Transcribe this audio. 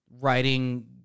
writing